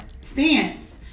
stance